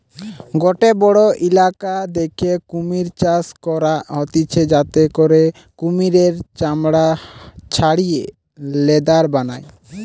গটে বড়ো ইলাকা দ্যাখে কুমির চাষ করা হতিছে যাতে করে কুমিরের চামড়া ছাড়িয়ে লেদার বানায়